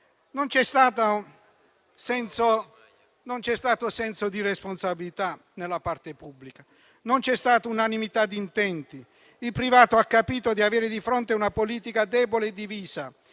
Non c'è stato senso di responsabilità nella parte pubblica; non c'è stata unanimità di intenti. Il privato ha capito di avere di fronte una politica debole e divisa